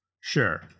Sure